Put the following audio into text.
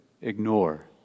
ignore